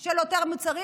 של יותר מוצרים,